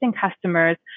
customers